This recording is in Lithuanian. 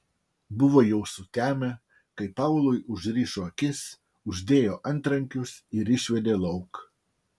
buvo jau sutemę kai paului užrišo akis uždėjo antrankius ir išvedė lauk